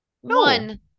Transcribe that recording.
one